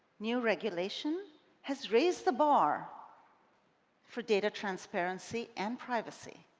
new regulation has raised the bar for data transparency and privacy.